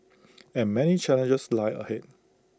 and many challenges lie ahead